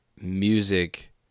music